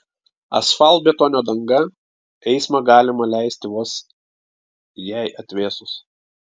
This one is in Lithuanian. asfaltbetonio danga eismą galima leisti vos jai atvėsus